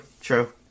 true